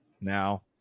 Now